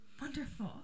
Wonderful